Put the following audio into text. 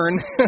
turn